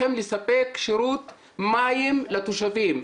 התפקיד שלכם הוא גריידא לספק שירות מים לתושבים.